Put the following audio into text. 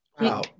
wow